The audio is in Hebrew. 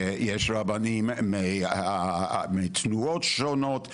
שיש רבנים מתנועות שונות וכולי,